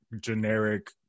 generic